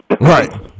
Right